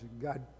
God